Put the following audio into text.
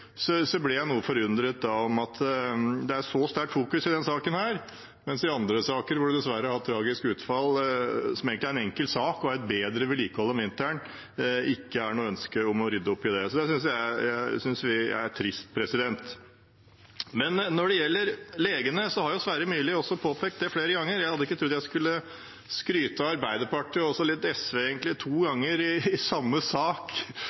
blir jeg noe forundret over at det fokuseres så sterkt på denne saken, mens det i andre saker der vi dessverre har hatt tragisk utfall – og egentlig er en enkel sak, nemlig å ha et bedre vedlikehold om vinteren – ikke er noe ønske om å rydde opp. Det synes vi er trist. Når det gjelder legene, har også Sverre Myrli påpekt det flere ganger. Jeg hadde ikke trodd jeg skulle skryte av Arbeiderpartiet og også litt av SV to ganger i samme sak